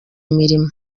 imirimo